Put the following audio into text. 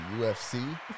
UFC